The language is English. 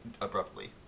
abruptly